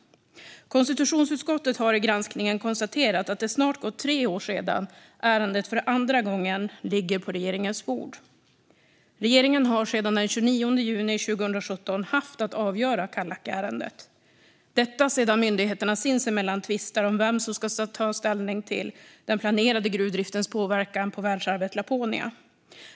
Konstitutionsutskottet har i granskningen konstaterat att det snart gått tre år sedan ärendet för andra gången lades på regeringens bord. Regeringen har sedan den 29 juni 2017 haft att avgöra Kallakärendet, detta sedan myndigheterna sinsemellan tvistar om vem som ska ta ställning till den planerade gruvdriftens påverkan på världsarvet Laponia.